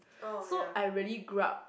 so I really grew up